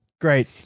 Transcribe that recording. Great